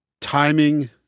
timing